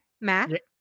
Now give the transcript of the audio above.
Matt